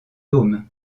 dômes